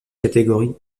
catégorie